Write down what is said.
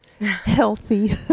healthy